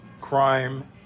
crime